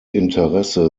interesse